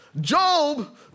Job